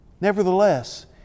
Nevertheless